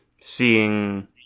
seeing